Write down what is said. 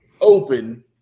open